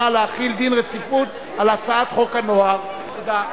להחיל דין רציפות על הצעת חוק הנוער (שפיטה,